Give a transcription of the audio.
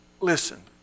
listen